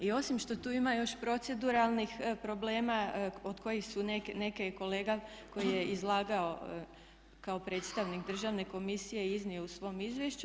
I osim što tu ima još proceduralnih problema od kojih su neke kolega koje je izlagao kao predstavnik Državne komisije iznio u svom izvješću.